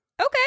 okay